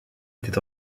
était